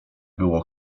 było